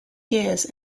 years